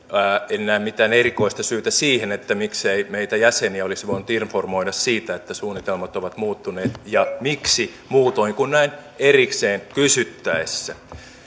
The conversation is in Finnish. en näe mitään erikoista syytä siihen miksei meitä jäseniä olisi voitu informoida siitä että suunnitelmat ovat muuttuneet ja miksei muutoin kuin näin erikseen kysyttäessä